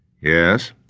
Yes